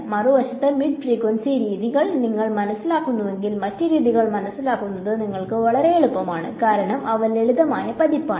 മറുവശത്ത് mid frequency രീതികൾ നിങ്ങൾ മനസ്സിലാക്കുന്നുവെങ്കിൽ മറ്റ് രീതികൾ മനസ്സിലാക്കുന്നത് നിങ്ങൾക്ക് വളരെ എളുപ്പമാണ് കാരണം അവ ലളിതമായ പതിപ്പാണ്